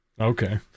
Okay